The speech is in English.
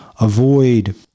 Avoid